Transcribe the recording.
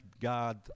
God